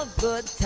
ah good.